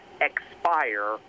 expire